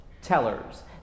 tellers